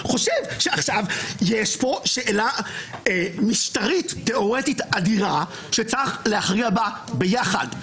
חושב שעכשיו יש פה שאלה משטרית תיאורטית אדירה שצריך להכריע בה ביחד.